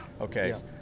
Okay